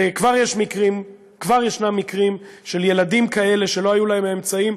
וכבר יש מקרים של ילדים כאלה שלא היו להם אמצעים,